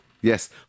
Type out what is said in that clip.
yes